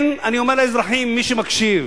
אני אומר לאזרחים, מי שמקשיב: